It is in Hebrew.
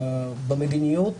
במדיניות